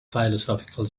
philosophical